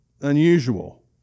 unusual